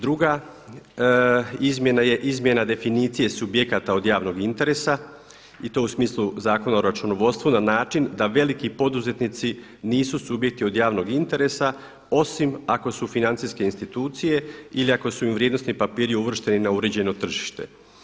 Druga izmjena je izmjena definicije subjekata od javnog interesa i to u smislu Zakona o računovodstvu na način da veliki poduzetnici nisu subjekti od javnog interesa osim ako su financijske institucije ili ako su im vrijednosni papiri uvršteni na uređeno tržište.